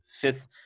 fifth